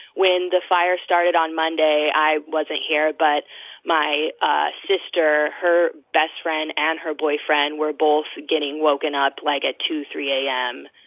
when the fire started on monday, i wasn't here. but my ah sister her best friend and her boyfriend were both getting woken up like at two, three a m.